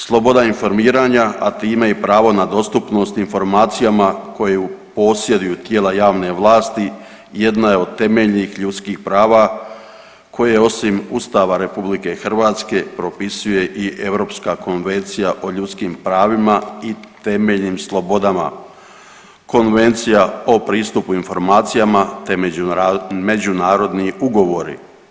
Sloboda informiranja, a time i pravo na dostupnost informacijama koju posjeduju tijela javne vlasti jedna je od temeljnih ljudskih prava koje osim Ustava RH propisuje i Europska konvencija o ljudskim pravima i temeljnim slobodama, Konvencija o pristup informacijama te međunarodni ugovori.